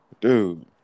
dude